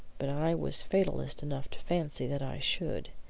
but i was fatalist enough to fancy that i should.